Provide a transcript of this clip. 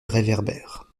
réverbères